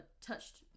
touched